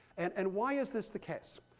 and and why is this the case?